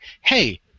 hey